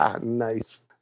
Nice